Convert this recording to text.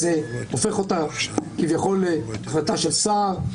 אז זה הופך אותה כביכול להחלטה של שר.